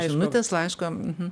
žinutės laiško uhu